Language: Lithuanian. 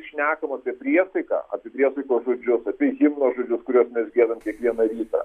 šnekam apie priesaiką apie priesaikos žodžius apie himno žodžius kuriuos mes giedam kiekvieną rytą